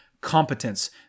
competence